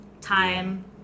time